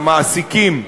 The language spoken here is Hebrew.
המעסיקים והמסיעים,